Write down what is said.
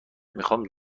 میخام